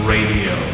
Radio